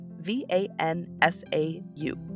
v-a-n-s-a-u